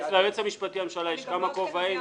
ליועץ המשפטי לממשלה יש כמה כובעים,